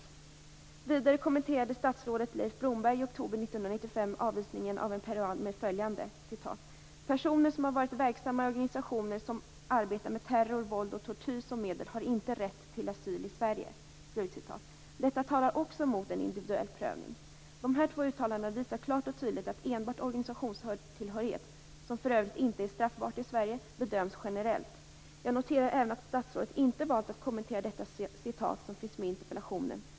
För det andra kommenterade statsrådet Leif Blomberg i oktober 1995 avvisningen av en peruan med följande ord: "Personer som har varit verksamma i organisationer som arbetar med terror, våld och tortyr som medel har inte rätt till asyl i Sverige." Också detta talar emot en individuell prövning. Dessa två uttalanden visar klart och tydligt att enbart organisationstillhörighet, som för övrigt inte är straffbar i Sverige, bedöms generellt. Jag noterar även att statsrådeet inte valt att i sitt svar kommentera detta citat, som finns med i interpellationen.